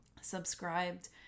subscribed